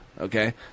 Okay